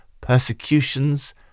persecutions